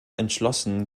entschlossen